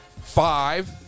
five